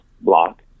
block